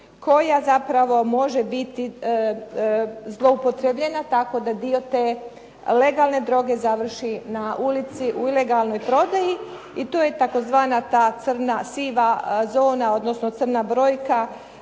koja zapravo može biti zloupotrijebljena tako da dio te legalne droge završi na ulici u ilegalnoj prodaji i tu je tzv. ta crna, siva zona odnosno crna brojka